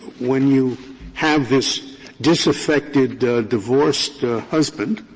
when you have this disaffected divorced husband